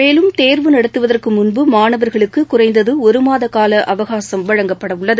மேலும் தேர்வு நடத்துவதற்கு முன்பு மாணவர்களுக்கு குறைந்தது ஒரு மாத கால அவகாசம் வழங்கப்படவுள்ளது